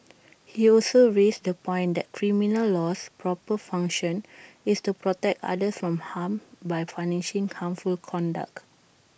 he also raised the point that criminal law's proper function is to protect others from harm by punishing harmful conduct